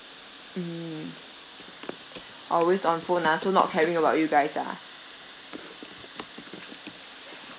mm always on phone ah so not caring about you guys ah